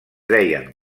deien